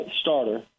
starter